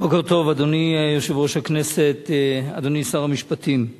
אדוני יושב-ראש הכנסת, בוקר טוב,